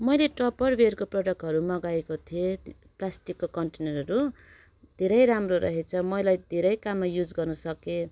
मैले टप्परवेयरको प्रडक्टहरू मगाएको थिएँ प्लास्टिकको कन्टेनरहरू धेरै राम्रो रहेछ मलाई धेरै काममा युज गर्नु सकेँ